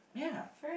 yeah